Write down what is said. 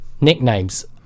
Nicknames